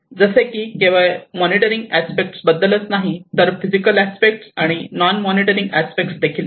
जसे की केवळ मॉनिटरिं अस्पेक्ट बद्दलच नाही तर फिजिकल अस्पेक्ट आणि नॉन मॉनिटरिं अस्पेक्ट देखील आहे